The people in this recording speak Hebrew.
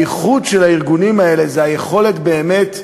הייחוד של הארגונים האלה הוא היכולת, באמת,